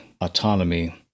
autonomy